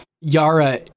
Yara